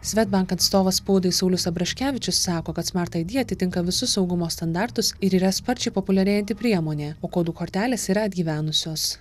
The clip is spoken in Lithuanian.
swedbank atstovas spaudai saulius abraškevičius sako kad smart id atitinka visus saugumo standartus ir yra sparčiai populiarėjanti priemonė o kodų kortelės yra atgyvenusios